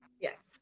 Yes